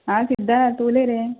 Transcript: आं सिद्दार्थ उलय रे